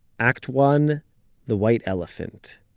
act one the white elephant.